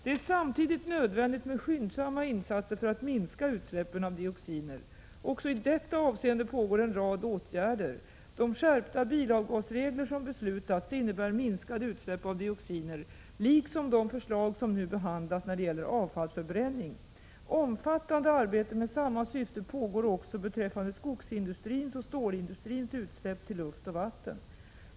Det är samtidigt nödvändigt med skyndsamma insatser för att minska utsläppen av dioxiner. Också i detta avseende pågår en rad åtgärder. De skärpta bilavgasregler som beslutats innebär minskade utsläpp av dioxiner, liksom de förslag som nu behandlas när det gäller avfallsförbränning. Omfattande arbete med samma syfte pågår också beträffande skogsindustrins och stålindustrins utsläpp till luft och vatten.